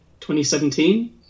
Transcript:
2017